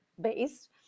based